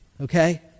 okay